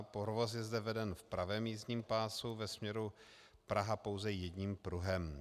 Provoz je zde veden v pravém jízdním pásu ve směru Praha pouze jedním pruhem.